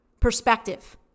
perspective